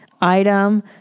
item